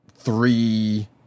three